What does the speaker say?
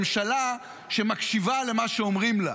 ממשלה שמקשיבה למה שאומרים לה,